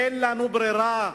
אין לנו ברירה.